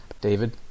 David